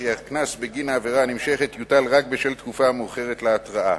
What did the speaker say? וכי הקנס בגין העבירה הנמשכת יוטל רק בשל תקופה המאוחרת להתראה.